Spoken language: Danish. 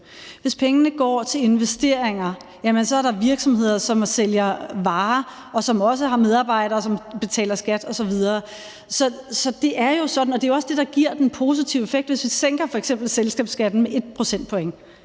Hvis pengene går til investeringer, er der virksomheder, som sælger varer, og som også har medarbejdere, som betaler skat osv. Og det er jo også det, der giver den positive effekt, hvis vi f.eks. sænker selskabsskatten med 1 procentpoint.